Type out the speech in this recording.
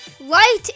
Light